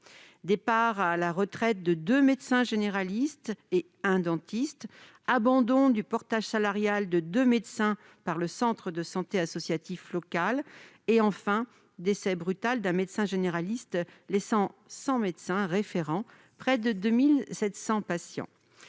départ à la retraite de deux médecins généralistes et un dentiste, abandon du portage salarial de deux médecins par le centre de santé associatif local et décès brutal d'un médecin généraliste, laissant sans médecin référent près de 2 700 patients.